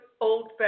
old